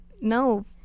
No